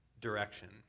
direction